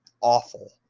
awful